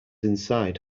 inside